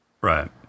Right